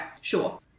Sure